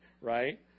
right